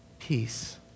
peace